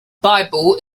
bible